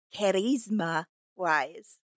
charisma-wise